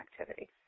activities